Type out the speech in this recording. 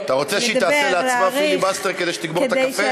אתה רוצה שהיא תעשה לעצמה פיליבסטר כדי שתגמור את הקפה?